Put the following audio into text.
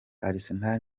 arsenal